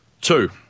Two